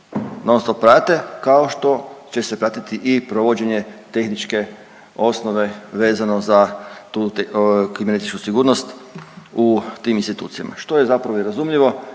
se non stope prate, kao što će se pratiti i provođenje tehničke osnove vezano za tu kibernetičku sigurnosti u tim institucijama, što je zapravo i razumljivo.